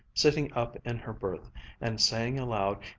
sitting up in her berth and saying aloud,